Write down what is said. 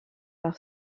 par